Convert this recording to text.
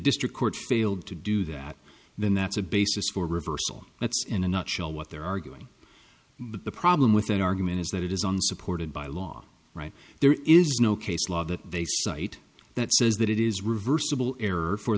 district court failed to do that then that's a basis for reversal that's in a nutshell what they're arguing but the problem with that argument is that it is unsupported by law right there is no case law that they cite that says that it is reversible error for